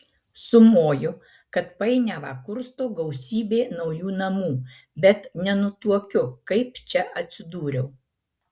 sumoju kad painiavą kursto gausybė naujų namų bet nenutuokiu kaip čia atsidūriau